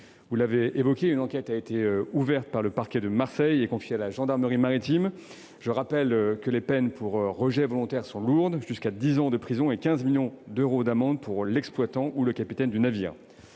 mer. Une enquête a en effet été ouverte par le parquet de Marseille et confiée à la gendarmerie maritime. Les peines pour rejets volontaires sont lourdes : jusqu'à dix ans de prison et 15 millions d'euros d'amende pour l'exploitant ou le capitaine du navire.